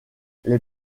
les